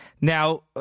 Now